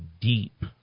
deep